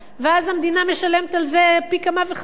ואז המדינה משלמת על זה פי כמה וכמה,